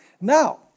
Now